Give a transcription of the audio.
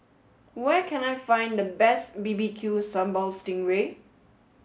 where can I find the best B B Q Sambal Stingray